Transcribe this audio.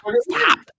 stop